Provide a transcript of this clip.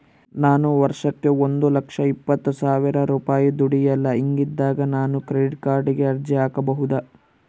ನಾನು ವರ್ಷಕ್ಕ ಒಂದು ಲಕ್ಷ ಇಪ್ಪತ್ತು ಸಾವಿರ ರೂಪಾಯಿ ದುಡಿಯಲ್ಲ ಹಿಂಗಿದ್ದಾಗ ನಾನು ಕ್ರೆಡಿಟ್ ಕಾರ್ಡಿಗೆ ಅರ್ಜಿ ಹಾಕಬಹುದಾ?